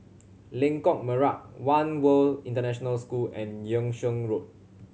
Lengkok Merak One World International School and Yung Sheng Road